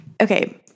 okay